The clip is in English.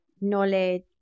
knowledge